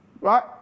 Right